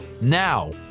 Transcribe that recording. Now